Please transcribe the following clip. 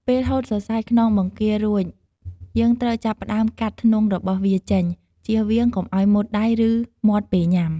ពេលហូតសរសៃខ្នងបង្គារួច យើងត្រូវចាប់ផ្ដើមកាត់ធ្មុងរបស់វាចេញ ចៀសវាងកុំឱ្យមុតដៃ ឬមាត់ពេលញុំា។